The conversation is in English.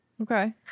Okay